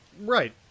Right